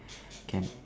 camp